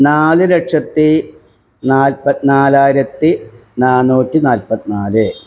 നാല് ലക്ഷത്തി നാല്പത്തി നാലായിരത്തി നാനൂറ്റി നാല്പത്തിനാല്